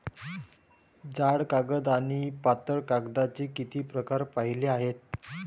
जाड कागद आणि पातळ कागदाचे किती प्रकार पाहिले आहेत?